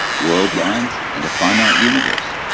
world lines, and a finite universe.